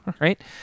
right